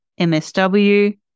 MSW